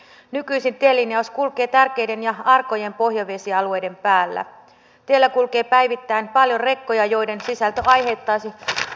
kaikkien on voitava luottaa siihen että valmistelu nojaa faktoihin pohjautuu asiantuntijatietoon kansalaisia ja heidän edustajiaan kuullaan laajasti ja vaikutukset on arvioitu mahdollisimman luotettavasti